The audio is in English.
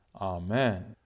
Amen